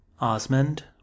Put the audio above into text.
Osmond